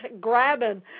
grabbing